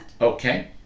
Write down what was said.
Okay